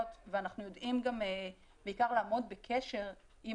ואנחנו יודעים גם בעיקר לעמוד בקשר עם